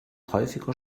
häufiger